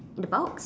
in the box